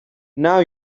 now